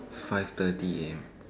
five thirty A_M